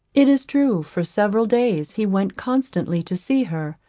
it is true for several days he went constantly to see her,